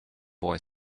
boy